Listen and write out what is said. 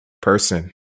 person